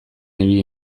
ibili